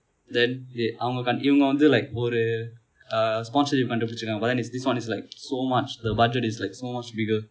then they அவங்க இவங்க வந்து:avanga ivanga vanthu like ஒரு:oru uh sponsorship கண்டுபிடித்திருக்கிறார்கள்:kandupidithirikiraargal but then is this one is like so much the budget is like so much bigger